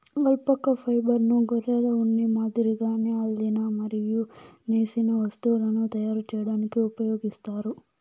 alpaca ఫైబర్ను గొర్రెల ఉన్ని మాదిరిగానే అల్లిన మరియు నేసిన వస్తువులను తయారు చేయడానికి ఉపయోగిస్తారు